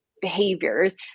behaviors